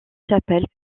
chapelle